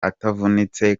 atavunitse